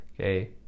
okay